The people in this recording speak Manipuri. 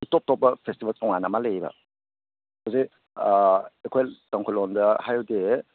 ꯄꯨꯡꯇꯣꯞ ꯇꯣꯞꯄ ꯐꯦꯁꯇꯤꯕꯦꯜ ꯇꯣꯉꯥꯟꯅ ꯑꯃ ꯂꯩꯌꯦꯕ ꯍꯧꯖꯤꯛ ꯑꯩꯈꯣꯏ ꯇꯥꯡꯈꯨꯜ ꯂꯣꯟꯗ ꯍꯥꯏꯔꯗꯤ